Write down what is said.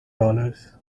dollars